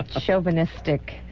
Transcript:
chauvinistic